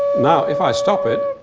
now if i stop it.